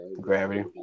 Gravity